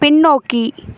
பின்னோக்கி